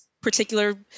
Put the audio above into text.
particular